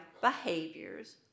behaviors